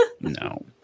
No